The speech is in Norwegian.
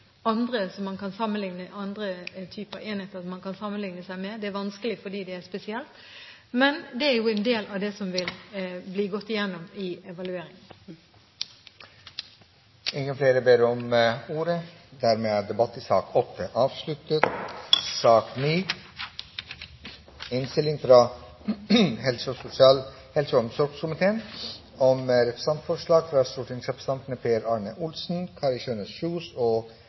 andre typer enheter som man kan sammenligne seg med? Det er vanskelig fordi det er spesielt, men det er en del av det som vil bli gjennomgått i evalueringen. Replikkordskiftet er omme. Flere har ikke bedt om ordet til sak nr. 8. Etter ønske fra helse- og omsorgskomiteen vil presidenten foreslå at taletiden begrenses til 40 minutter og fordeles med inntil 5 minutter til hvert parti og